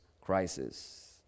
crisis